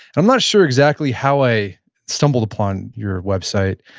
i'm not sure exactly how i stumbled upon your website.